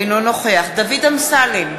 אינו נוכח דוד אמסלם,